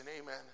Amen